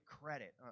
credit